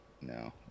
No